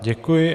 Děkuji.